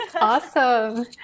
Awesome